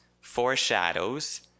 foreshadows